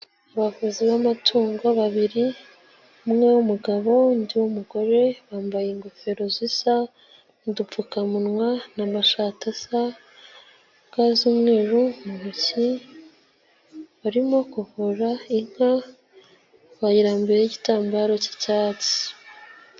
Abavuzi b'amatungo babiri umwe w'umugabo undi umugore bambaye ingofero zisa, udupfukamunwa n'amashati asa, ga z'umweru mu ntoki, barimo kuvura inka, bayirambuyeho igitambaro k'icyatsi.